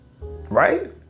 right